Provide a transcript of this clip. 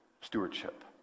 stewardship